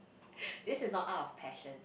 this is not out of passion